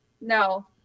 no